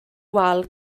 wal